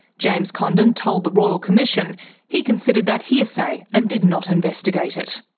james condon told the royal commission he considered that hearsay and did not investigate it.